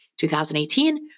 2018